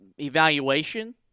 evaluation